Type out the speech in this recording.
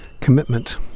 commitment